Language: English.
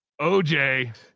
OJ